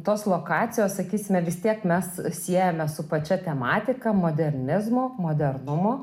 tos lokacijos sakysime vis tiek mes siejame su pačia tematika modernizmo modernumo